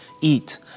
eat